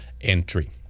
entry